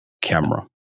camera